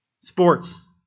Sports